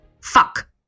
Fuck